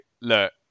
Look